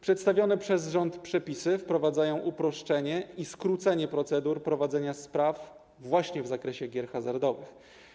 Przedstawione przez rząd przepisy wprowadzają uproszczenie i skrócenie procedur prowadzenia spraw właśnie w zakresie gier hazardowych.